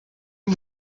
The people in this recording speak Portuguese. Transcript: que